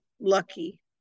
lucky